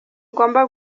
ugomba